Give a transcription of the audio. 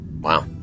wow